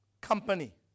company